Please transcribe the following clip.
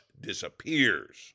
disappears